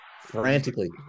frantically